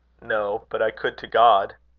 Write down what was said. no. but i could to god.